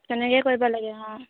তেনেকৈ কৰিব লাগে অঁ